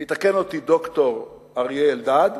ויתקן אותי ד"ר אריה אלדד,